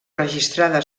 registrada